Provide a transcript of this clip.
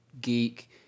geek